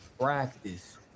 practice